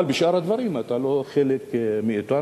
אבל בשאר הדברים אתה לא חלק מאתנו.